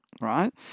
right